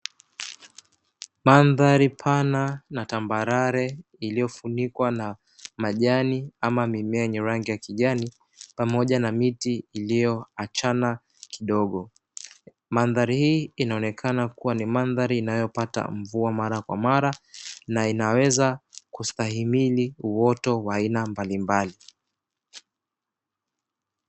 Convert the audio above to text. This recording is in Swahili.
Mandhari pana na tambarare iliyofunikwa na majani ama mimea nyi rangi ya kijani pamoja na miti iliyoachana kidogo, mandhari hii inaonekana kuwa ni mandhari inayopata mvua mara kwa mara na inaweza kustahimili uoto wa aina mbalimbali.